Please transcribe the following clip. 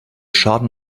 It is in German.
schaden